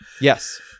Yes